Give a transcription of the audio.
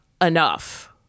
enough